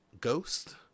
ghost